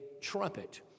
trumpet